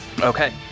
Okay